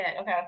okay